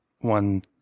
one